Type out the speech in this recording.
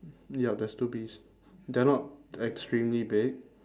yup there's two bees they are not extremely big